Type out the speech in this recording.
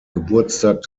geburtstag